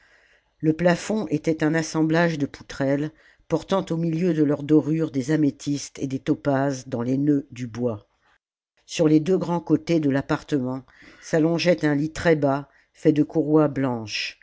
le plafond était un assemblage de poutrelles portant au milieu de leur dorure des améthystes et des topazes dans les nœuds du bois sur les deux grands côtés de l'appartement s'allongeait un ht très bas fait de courroies blanches